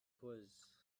quiz